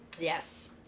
Yes